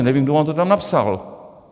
Nevím, kdo vám to tam napsal.